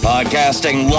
Podcasting